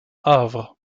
avre